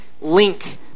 link